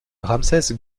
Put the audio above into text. ramsès